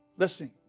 Listen